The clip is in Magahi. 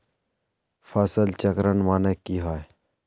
फसल चक्रण माने की होय?